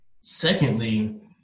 secondly